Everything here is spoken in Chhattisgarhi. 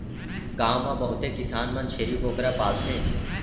गॉव म बहुते किसान मन छेरी बोकरा पालथें